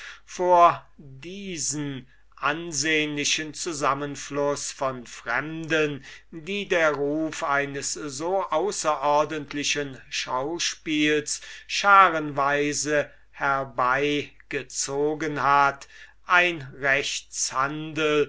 vor diesem ansehnlichen zusammenfluß von fremden die der ruf eines so außerordentlichen schauspiels scharenweise herbeigezogen hat ein